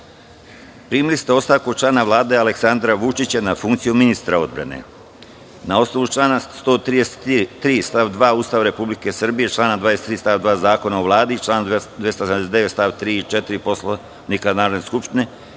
Vlade. Primili ste ostavku člana Vlade Aleksandra Vučića na funkciju ministra odbrane. Na osnovu člana 133. stav 2. Ustava Republike Srbije, člana 23. stav 2. Zakona o Vladi i člana 279. st. 3. i 4. Poslovnika Narodne skupštine,